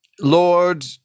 Lord